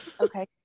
Okay